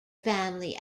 family